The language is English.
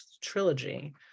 trilogy